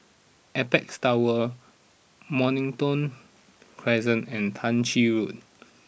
Apex Tower Mornington Crescent and Tah Ching